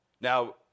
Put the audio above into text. Now